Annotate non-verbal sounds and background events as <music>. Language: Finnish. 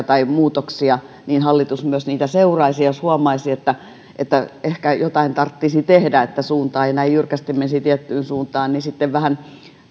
<unintelligible> tai muutoksia että hallitus myös niitä seuraisi ja jos huomaisi että että ehkä jotain tarttisi tehdä että suunta ei näin jyrkästi menisi tiettyyn suuntaan niin sitten vähän